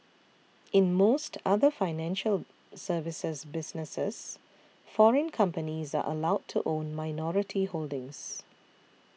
in most other financial services businesses foreign companies are allowed to own minority holdings